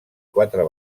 quatre